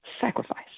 sacrifice